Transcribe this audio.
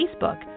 Facebook